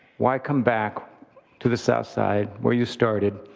why come back to the south side where you started?